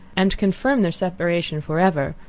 and confirm their separation for ever,